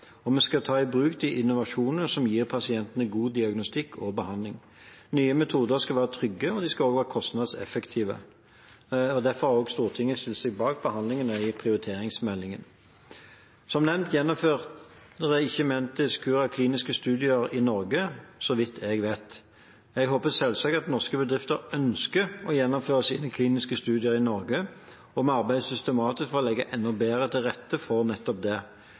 Vi skal også ta i bruk de innovasjonene som gir pasientene god diagnostikk og behandling. Nye metoder skal være trygge og kostnadseffektive. Det har også Stortinget stilt seg bak i behandlingen av prioriteringsmeldingen. Som nevnt gjennomfører ikke Mentis Cura kliniske studier i Norge, så vidt jeg vet. Jeg håper selvsagt at norske bedrifter ønsker å gjennomføre sine kliniske studier i Norge, og vi arbeider systematisk for å legge enda bedre til rette for nettopp det